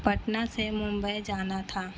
پٹنہ سے ممبئی جانا تھا